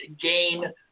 gain